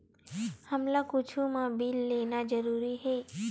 हमला कुछु मा बिल लेना जरूरी हे?